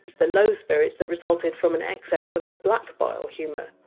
the low spirits that resulted from an excess of the black bile humour.